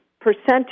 percentage